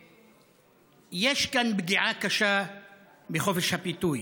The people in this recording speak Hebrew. יש כאן פגיעה קשה בחופש הביטוי.